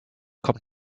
kommt